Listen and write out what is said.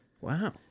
Wow